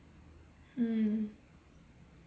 mm